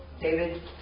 David